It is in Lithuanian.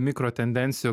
mikro tendencijų